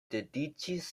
dediĉis